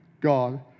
God